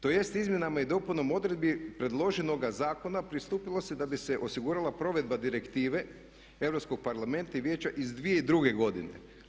Tj. izmjenama i dopunom odredbi predloženoga zakona pristupilo se da bi se osigurala provedba direktive Europskog parlamenta i Vijeća iz 2002. godine.